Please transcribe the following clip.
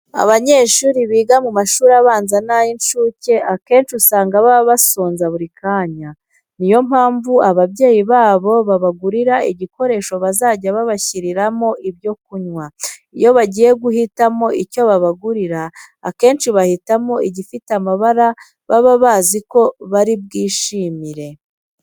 Abanyeshuri biga mu mashuri abanza n'ay'incuke akenshi usanga baba basonza buri kanya. Ni yo mpamvu ababyeyi babo babagurira igikoresho bazajya bashyiramo ibyo kunywa. Iyo bagiye guhitamo icyo babagurira, akenshi bahitamo igifite amabara baba bazi ko bari bwishimire.